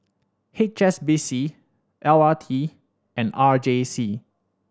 H S B C L R T and R J C